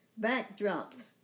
backdrops